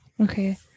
Okay